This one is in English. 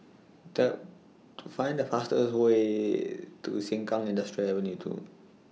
The Find The fastest Way to Sengkang Industrial Ave two